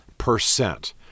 percent